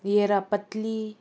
येरा पत्ली